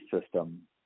system